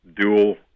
dual